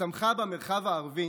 שצמחה במרחב הערבי